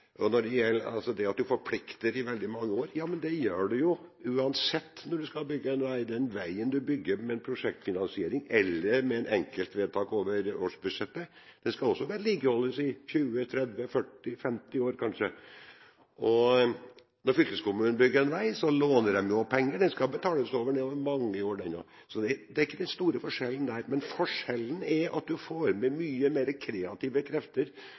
Når det gjelder det at en forplikter seg i veldig mange år: Ja, men det gjør en jo uansett når en skal bygge en vei. Den veien en bygger med en prosjektfinansiering eller med et enkeltvedtak over årsbudsjettet, skal også vedlikeholdes i 20, 30, 40, 50 år, kanskje. Når fylkeskommunene bygger en vei, låner de penger. Den skal også betales ned over mange år, så det er ikke den store forskjellen der. Men forskjellen er at en får med krefter som er mye mer kreative,